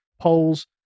polls